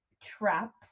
trap